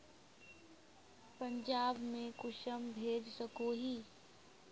पंजाब में कुंसम भेज सकोही?